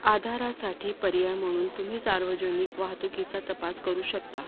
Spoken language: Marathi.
आधारासाठी पर्याय म्हणून तुम्ही सार्वजनिक वाहतुकीचा तपास करू शकता